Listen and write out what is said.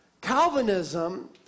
Calvinism